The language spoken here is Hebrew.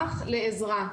לעזרה.